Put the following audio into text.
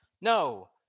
No